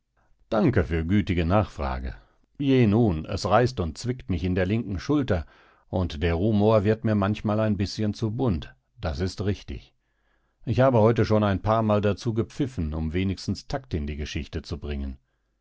danke für gütige nachfrage je nun es reißt und zwickt mich in der linken schulter und der rumor wird mir manchmal ein bißchen zu bunt das ist richtig ich habe heute schon ein paarmal dazu gepfiffen um wenigstens takt in die geschichte zu bringen